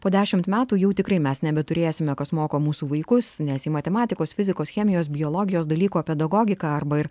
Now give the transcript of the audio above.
po dešimt metų jų tikrai mes nebeturėsime kas moko mūsų vaikus nes į matematikos fizikos chemijos biologijos dalyko pedagogiką arba ir